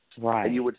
Right